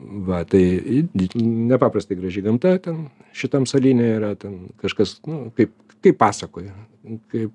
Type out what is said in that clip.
va tai nepaprastai graži gamta ten šitam salyne yra ten kažkas nu kaip kaip pasakoja kaip